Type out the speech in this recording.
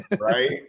right